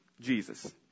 Jesus